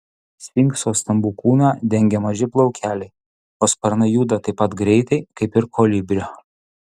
sfinkso stambų kūną dengia maži plaukeliai o sparnai juda taip pat greitai kaip ir kolibrio